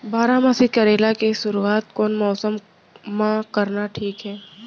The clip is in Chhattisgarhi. बारामासी करेला के शुरुवात कोन मौसम मा करना ठीक हे?